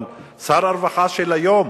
אבל שר הרווחה של היום